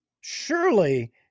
Surely